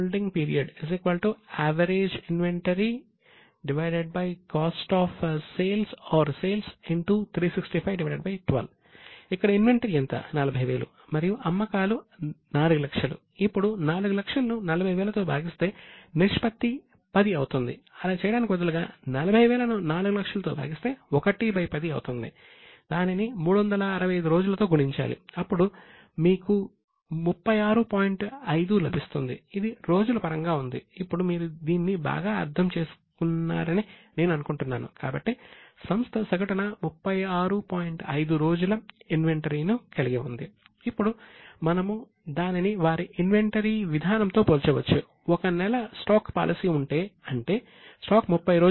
average inventory 365 stock holding period cost of sales 12 ఇక్కడ ఇన్వెంటరీను కలిగి ఉంది